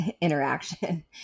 interaction